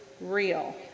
real